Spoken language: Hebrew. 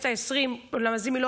לספרדים, מי יותר טוב, מי פחות טוב.